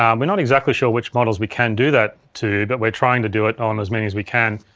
um we're not exactly sure which models we can do that to but we're trying to do it on as many as we can.